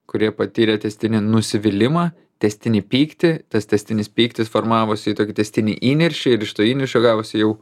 kurie patyrė tęstinį nusivylimą tęstinį pyktį tas tęstinis pyktis formavosi į tokį tęstinį įniršį ir iš to įniršio gavosi jau